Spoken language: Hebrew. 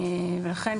ולכן,